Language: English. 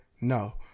No